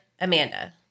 Amanda